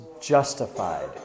justified